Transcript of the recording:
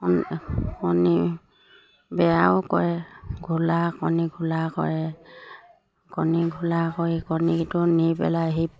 কণী বেয়াও কৰে ঘোলা কণী ঘোলা কৰে কণী ঘোলা কৰি কণীটো নি পেলাই সেই